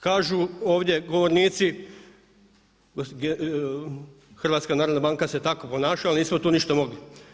Kažu ovdje govornici HNB se tako ponašala, nismo tu ništa mogli.